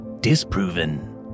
disproven